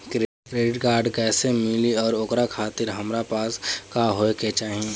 Credit card कैसे मिली और ओकरा खातिर हमरा पास का होए के चाहि?